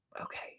okay